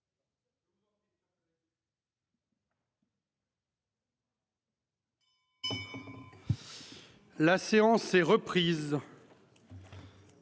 La séance est reprise.